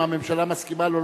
אם הממשלה מסכימה לו,